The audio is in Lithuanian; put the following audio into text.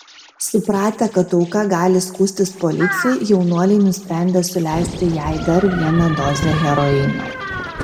supratę kad auka gali skųstis policijai jaunuoliai nusprendė suleisti jai dar vieną dozę heroino